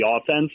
offense